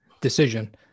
decision